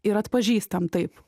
ir atpažįstam taip